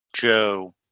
joe